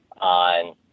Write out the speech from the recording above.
on